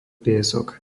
piesok